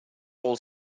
all